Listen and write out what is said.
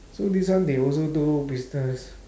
so this one they also do business